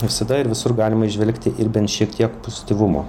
visada ir visur galima įžvelgti ir bent šiek tiek pozityvumo